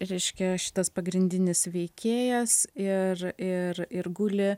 reiškia šitas pagrindinis veikėjas ir ir ir guli